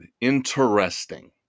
interesting